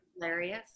hilarious